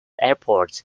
airports